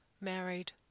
married